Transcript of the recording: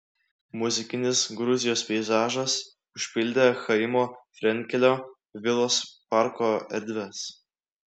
muzikinis gruzijos peizažas užpildė chaimo frenkelio vilos parko erdves